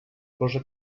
cosa